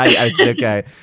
okay